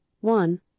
one